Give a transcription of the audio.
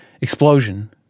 explosion